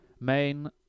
Main